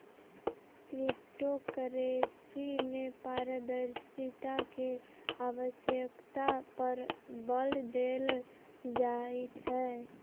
crypto currency में पारदर्शिता के आवश्यकता पर बल देल जाइत हइ